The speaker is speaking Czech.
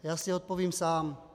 Já si odpovím sám: